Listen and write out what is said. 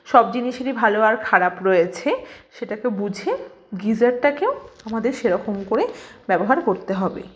সব জিনিসেরই ভালো আর খারাপ রয়েছে সেটাকে বুঝে গিজারটাকেও আমাদের সেরকম করে ব্যবহার করতে হবে